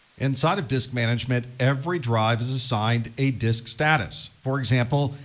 inside of disk management, every drive is assigned a disk status. for example,